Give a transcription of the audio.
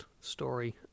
story